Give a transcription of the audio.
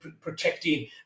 protecting